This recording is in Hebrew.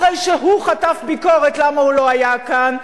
אחרי שהוא חטף ביקורת למה הוא לא היה כאן.